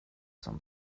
som